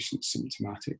symptomatic